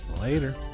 Later